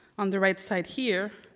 on the right side here,